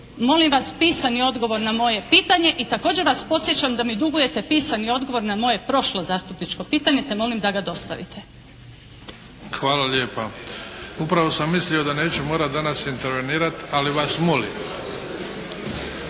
molim vas pisani odgovor na moje pitanje i također vas podsjećam da mi dugujete pisani odgovor na moje prošlo zastupničko pitanje te molim da ga dostavite. **Bebić, Luka (HDZ)** Hvala lijepa. Upravo sam mislio da neću morati danas intervenirati ali vas molim.